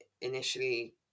initially